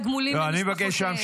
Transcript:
זה מאוד מפריע,